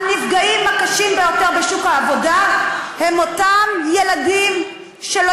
הנפגעים הקשים ביותר בשוק העבודה הם אותם ילדים שלא